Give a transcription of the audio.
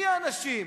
מי האנשים?